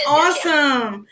awesome